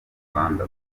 rwanda